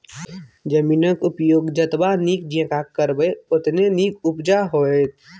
जमीनक उपयोग जतबा नीक जेंका करबै ओतने नीक उपजा होएत